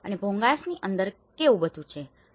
અને ભોંગાસની અંદર બધું કેવું છે